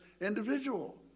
individual